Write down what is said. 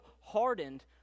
hardened